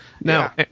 Now